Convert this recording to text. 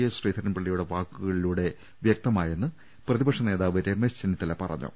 S ശ്രീധരൻപിള്ളയുടെ വാക്കുകളിലൂടെ വ്യക്തമായെന്ന് പ്രതി പക്ഷ നേതാവ് രമേശ് ചെന്നിത്തല പറഞ്ഞു